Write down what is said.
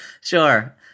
sure